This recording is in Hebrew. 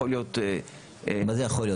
יכול להיות --- מה זה יכול להיות?